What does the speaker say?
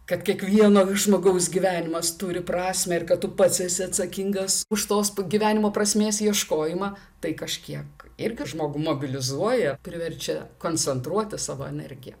kad kiekvieno žmogaus gyvenimas turi prasmę ir kad tu pats esi atsakingas už tos gyvenimo prasmės ieškojimą tai kažkiek irgi žmogų mobilizuoja priverčia koncentruoti savo energiją